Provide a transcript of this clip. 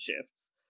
shifts